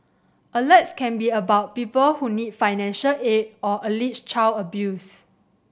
alerts can be about people who need financial aid or alleged child abuse